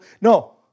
No